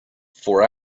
for